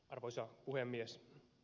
arvoisa puhemies